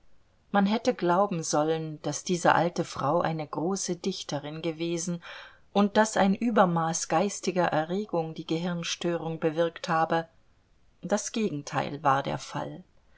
man hätte glauben sollen daß diese alte frau eine große dichterin gewesen und daß ein übermaß geistiger erregung die gehirnstörung bewirkt habe das gegenteil war der fall